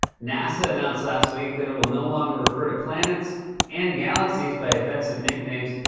nasa announced last week that it will no longer refer to planets and galaxies by offensive nicknames.